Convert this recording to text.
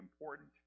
important